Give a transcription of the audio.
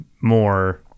more